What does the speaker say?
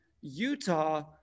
Utah